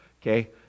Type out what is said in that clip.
okay